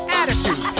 attitude